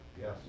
Yes